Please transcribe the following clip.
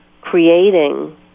creating